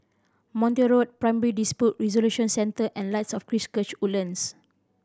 Montreal Road Primary Dispute Resolution Center and Lights of Christ Woodlands